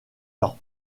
leur